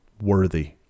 worthy